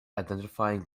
identifying